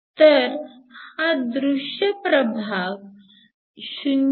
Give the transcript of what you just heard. तर हा दृश्य प्रभाग 0